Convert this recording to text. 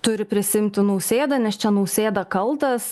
turi prisiimti nausėda nes čia nausėda kaltas